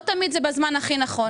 לא תמיד זה בזמן הכי נכון.